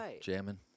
jamming